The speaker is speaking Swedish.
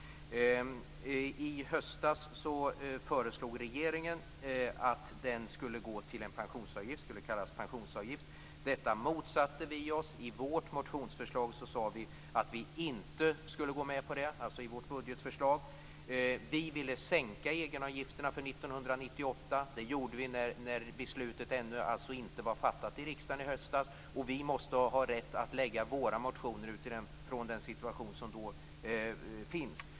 I höstas föreslog regeringen att de skulle gå till en pensionsförsäkring och kallas pensionsavgift. Detta motsatte vi oss. I vårt budgetförslag sade vi att vi inte skulle gå med på det. Vi ville sänka egenavgifterna för 1998. Detta gjorde vi alltså i höstas när beslutet ännu inte var fattat i riksdagen. Vi måste ha rätt att lägga fram våra motioner utifrån den situation som då råder.